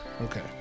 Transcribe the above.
Okay